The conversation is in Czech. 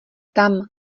tam